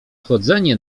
chodzenie